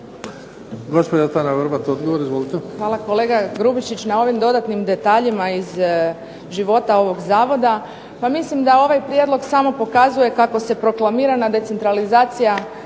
Hvala kolega Grubišić na ovim dodatnim detaljima iz života ovog Zavoda. Pa mislim da ovaj prijedlog samo pokazuje kako se proklamirana decentralizacija